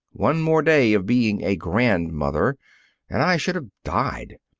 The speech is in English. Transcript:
one more day of being a grandmother and i should have died!